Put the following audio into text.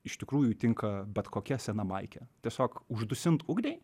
iš tikrųjų tinka bet kokia sena maikė tiesiog uždusint ugnį